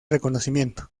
reconocimiento